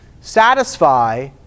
satisfy